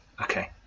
Okay